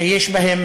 שיש בהן